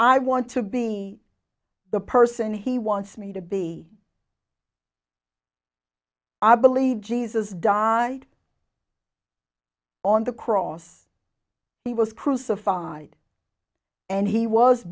i want to be the person he wants me to be i believe jesus died on the cross he was crucified and he was